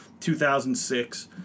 2006